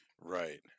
right